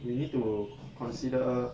you need to consider